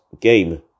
game